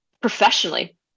professionally